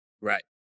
Right